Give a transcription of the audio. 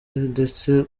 ndetse